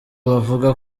bavuga